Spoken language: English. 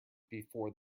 before